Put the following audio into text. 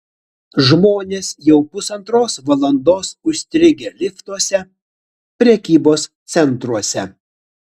žmonės jau pusantros valandos užstrigę liftuose prekybos centruose